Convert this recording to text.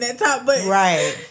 Right